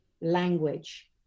language